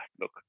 look